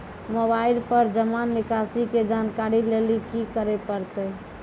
Mobile पर जमा निकासी के जानकरी लेली की करे परतै?